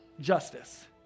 justice